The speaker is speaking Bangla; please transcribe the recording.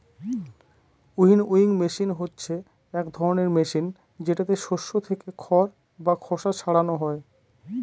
উইনউইং মেশিন হচ্ছে এক ধরনের মেশিন যেটাতে শস্য থেকে খড় বা খোসা ছারানো হয়